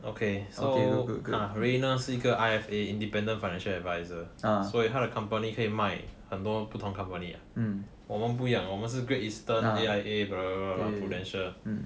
okay so ah reina 是一个 I_F_A independent financial adviser 所以他的 company 可以卖很多不同 company 的我们不一样我们是 great eastern A_I_A blah blah blah prudential